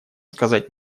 сказать